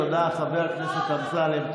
תודה, חבר הכנסת אמסלם.